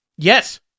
Yes